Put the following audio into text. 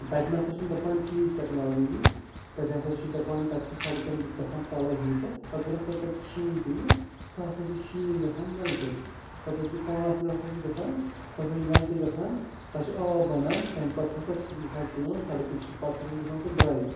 تَتہِ نہ سا چھُنہٕ دَپان تیٖژ ٹیکنالجی زِ تَتہِ ہَسا چھِ دَپان تَتہِ چھِ سڑکَن گژھان تَلَے ہیٖٹ اَپ اگر ہَسا تَتہِ شیٖن پیٚیہِ سُہ ہَسا چھِ شیٖن گژھان مٮ۪لٹہٕ سُہ ہَسا چھِ پانٛژھ مِنٹ ہَسا چھِ گژھان سُہ ہَسا چھِ مٮ۪لٹہٕ گژھان تَتھ چھِ آب بَنان تَمہِ پَتہٕ ہَسا چھِ تَتھ گژھان کٲم سَڑکہٕ چھِ پَتہٕ چھِ ہَسا گَژھان سُہ ڈرٛاے